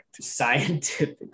Scientific